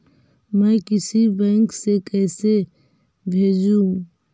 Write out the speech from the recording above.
मैं किसी बैंक से कैसे भेजेऊ